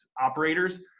operators